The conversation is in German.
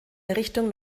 errichtung